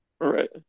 Right